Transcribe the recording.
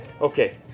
Okay